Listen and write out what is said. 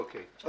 אוקיי.